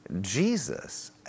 Jesus